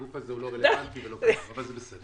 הגוף הזה לא רלוונטי, אבל זה בסדר.